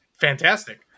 Fantastic